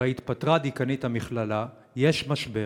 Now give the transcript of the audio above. הרי התפטרה דיקנית המכללה, יש משבר.